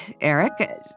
Eric